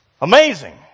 Amazing